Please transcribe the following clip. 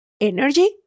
energy